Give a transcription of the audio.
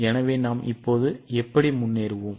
எனவே நாம் இப்போது எப்படி முன்னேறுவோம்